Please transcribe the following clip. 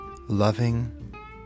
loving